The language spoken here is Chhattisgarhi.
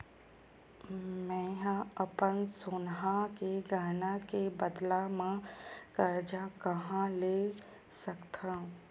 मेंहा अपन सोनहा के गहना के बदला मा कर्जा कहाँ ले सकथव?